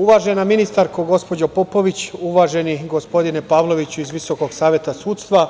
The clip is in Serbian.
Uvažena ministarko, gospođo Popović, uvaženi gospodine Pavloviću iz VSS,